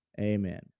Amen